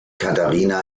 katharina